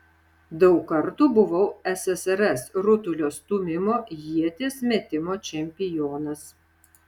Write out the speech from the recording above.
daug kartų buvau ssrs rutulio stūmimo ieties metimo čempionas